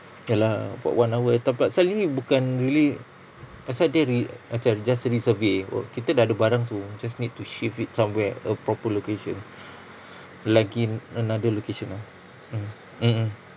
ya lah about one hour nya tempat pasal ni bukan really pasal dia re~ macam just resurvey w~ kita dah ada barang tu just need to shift it somewhere a proper location like in another location ah mm mmhmm